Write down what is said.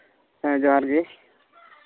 ᱦᱮᱸ ᱡᱚᱸᱦᱟᱨ